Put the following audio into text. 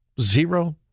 Zero